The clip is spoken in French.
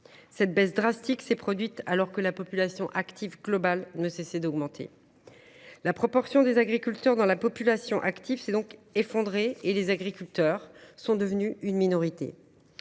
cette baisse drastique s’est produite alors que la population active globale ne cessait d’augmenter. La proportion des agriculteurs dans la population active s’est donc effondrée et les agriculteurs sont devenus une minorité.